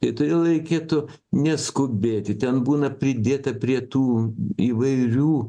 tai todėl reikėtų neskubėti ten būna pridėta prie tų įvairių